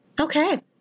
okay